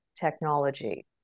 technology